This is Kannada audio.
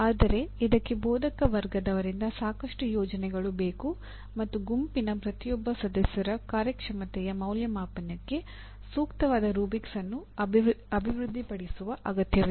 ಆದರೆ ಇದಕ್ಕೆ ಬೋಧಕ ವರ್ಗದವರಿಂದ ಸಾಕಷ್ಟು ಯೋಜನೆಗಳು ಬೇಕು ಮತ್ತು ಗುಂಪಿನ ಪ್ರತಿಯೊಬ್ಬ ಸದಸ್ಯರ ಕಾರ್ಯಕ್ಷಮತೆಯ ಮೌಲ್ಯಮಾಪನಕ್ಕೆ ಸೂಕ್ತವಾದ ರೂಬ್ರಿಕ್ಸ್ ಅನ್ನು ಅಭಿವೃದ್ಧಿಪಡಿಸುವ ಅಗತ್ಯವಿದೆ